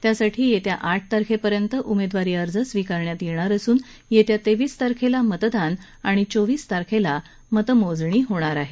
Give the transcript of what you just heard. यासाठी येत्या आठ तारखेपर्यंत उमेदवारी अर्ज स्वीकारण्यात येणार असून येत्या तेवीस तारखेला मतदान आणि चोवीस तारखेला मतमोजणी होणार आहे